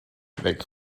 weg